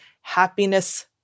happiness